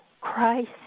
Christ